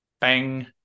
bang